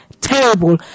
terrible